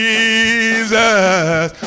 Jesus